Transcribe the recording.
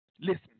listen